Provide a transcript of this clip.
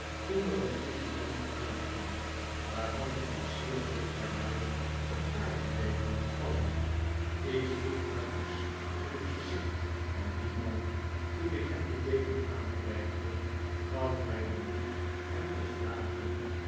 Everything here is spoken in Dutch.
toen er een vigilante aankwam waarvan de koetsier dicht bij mij een paardedeken liet vallen lets goedhartigs in het gezicht van dien man toen ik hem de deken aanreikte gaf mij den moed hem te vragen